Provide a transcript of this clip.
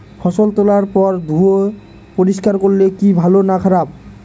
ফসল তোলার পর ধুয়ে পরিষ্কার করলে কি ভালো না খারাপ?